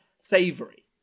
Savory